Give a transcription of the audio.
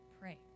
pray